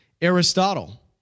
Aristotle